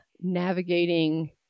navigating